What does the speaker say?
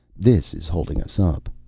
this is holding us up.